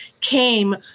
came